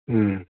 हं